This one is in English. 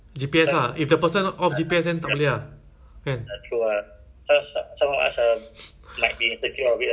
it's good kan macam but if that one you off G_P_S or you off data cannot right